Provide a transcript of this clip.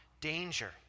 danger